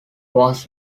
was